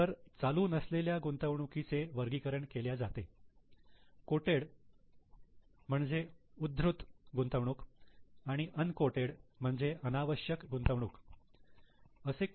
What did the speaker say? तर चालू नसलेल्या गुंतवणुकीचे वर्गीकरण केल्या जाते कॉटेड म्हणजे उद्धृत गुंतवणूक आणि अनकॉटेड म्हणजे अनावश्यक गुंतवणूक असे